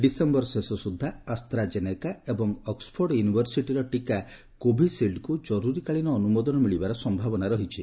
December ଶେଷ ସୁଦ୍ଧା AstraZeneca ଏବଂ ଅକ୍ସଫୋର୍ଡ ୟୁନିଭରସିଟିର ଟିକା କୋଭିଶିଲ୍ଡକୁ ଜରୁରୀକାଳୀନ ଅନୁମୋଦନ ମିଳିବାର ସମ୍ଭାବନା ରହିଛି